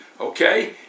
okay